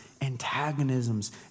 antagonisms